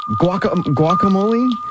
Guacamole